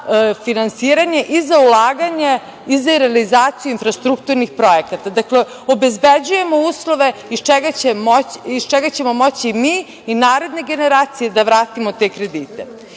se za finansiranje i za ulaganje i za realizaciju infrastrukturnih projekata. Dakle, obezbeđuje uslove iz čega ćemo moći mi i naredne generacije da vratimo te kredite. Da